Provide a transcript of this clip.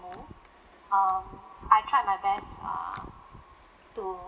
move um I tried my best err to